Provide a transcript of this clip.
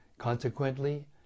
Consequently